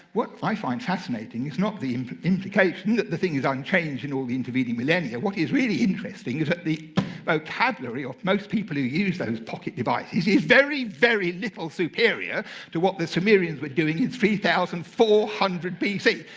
what i find fascinating is not the implication that the thing is unchanged in all the intervening millennia. what is really interesting is that the vocabulary of most people who use those pocket devices is very, very little superior to what the sumerians were doing in three thousand four hundred bc.